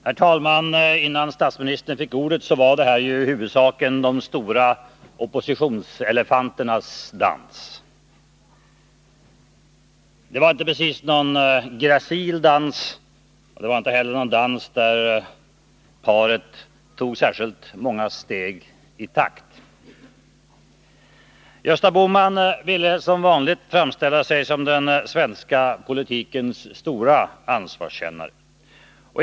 Herr talman! Innan statsministern fick ordet så var det här ju i huvudsak de stora oppositionselefanternas dans. Det var inte precis någon gracil dans, och det var inte heller någon dans där paret tog särskilt många steg i takt. Gösta Bohman ville som vanligt framställa sig som den svenska politikens stora ansvarskännare.